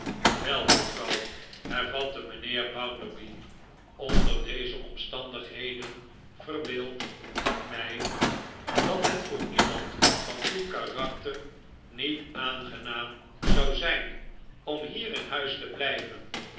wel juffrouw hervatte mijnheer bounderby onder deze omstandigheden verheeld ik mij dat het voor iemand van uw karakter niet aangenaam zou zijn om hier in huis te blijven